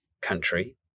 country